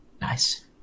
Nice